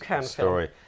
story